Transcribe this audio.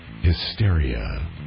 Hysteria